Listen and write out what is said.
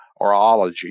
orology